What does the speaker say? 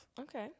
Okay